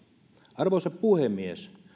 arvoisa puhemies